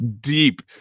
deep